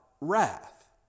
wrath